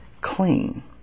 clean